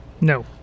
No